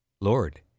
Lord